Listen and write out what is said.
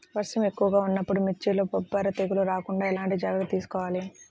వర్షం ఎక్కువగా ఉన్నప్పుడు మిర్చిలో బొబ్బర తెగులు రాకుండా ఎలాంటి జాగ్రత్తలు తీసుకోవాలి?